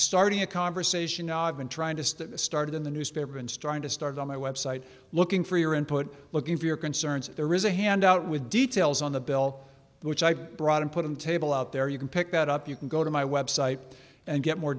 starting a conversation now i've been trying to started in the newspaper and starting to start on my website looking for your input looking for your concerns if there is a handout with details on the bill which i brought and put in table out there you can pick that up you can go to my website and get more